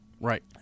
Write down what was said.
Right